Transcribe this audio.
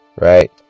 right